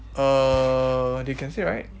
uh they can see right